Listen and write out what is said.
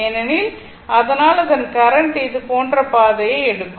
ஏனெனில் அதனால் அதன் கரண்ட் இது போன்ற பாதையை எடுக்கும்